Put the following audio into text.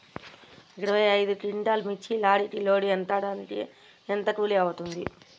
ఇరవై ఐదు క్వింటాల్లు మిర్చి లారీకి లోడ్ ఎత్తడానికి ఎంత కూలి అవుతుంది?